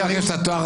ירים את ידו.